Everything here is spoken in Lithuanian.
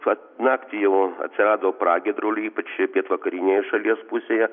vat naktį jau atsirado pragiedrulių ypač pietvakarinėje šalies pusėje